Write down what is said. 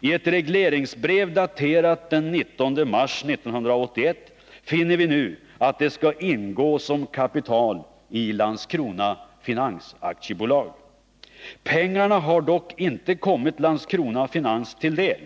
I ett regleringsbrev daterat den 19 mars 1981 finner vi nu att de skall ingå som kapital i Landskrona Finans AB. Pengarna har dock inte kommit Landskrona Finans till del.